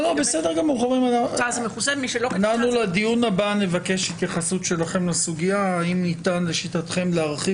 לדיון הבא נבקש התייחסות שלכם לסוגיה האם ניתן לשיטתכם להרחיב